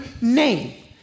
name